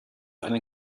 einen